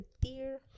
dear